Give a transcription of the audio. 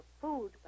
food